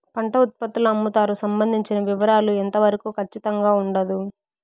పంట ఉత్పత్తుల అమ్ముతారు సంబంధించిన వివరాలు ఎంత వరకు ఖచ్చితంగా ఉండదు?